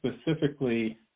specifically